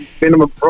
minimum